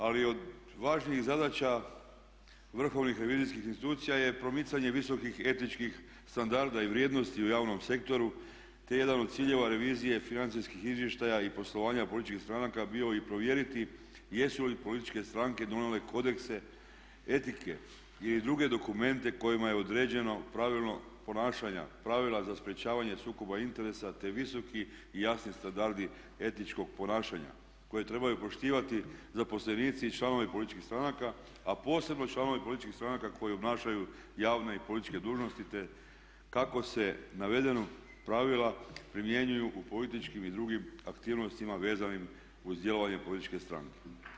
Ali od važnijih zadaća vrhovnih revizijskih institucija je promicanje visokih etičkih standarda i vrijednosti u javnom sektoru, te je jedan od ciljeva revizije financijskih izvještaja i poslovanja političkih stranaka bio i provjeriti jesu li političke stranke donijele kodekse etike ili druge dokumente kojima je određeno pravilo ponašanja, pravila za sprječavanje sukoba interesa, te visoki i jasni standardi etičkog ponašanja koje trebaju poštivati zaposlenici i članovi političkih stranaka, a posebno članovi političkih stranaka koji obnašaju javne i političke dužnosti, te kako se navedena pravila primjenjuju u političkim i drugim aktivnostima vezanim uz djelovanje političke stranke.